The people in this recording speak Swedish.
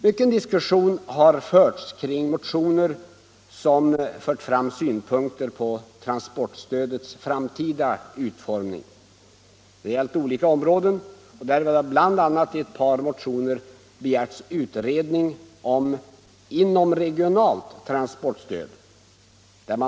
Mycken diskussion har förts kring motioner, i vilka motionärerna framfört synpunkter på transportstödets framtida utformning. Det har gällt olika områden. Det har bl.a. i ett par motioner begärts utredning om inomregionalt transportstöd.